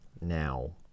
Now